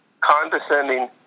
condescending